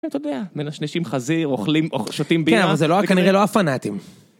אתה יודע, מנשנשים חזיר, אוכלים, שותים בירה. כן, אבל זה כנראה לא הפנאטים.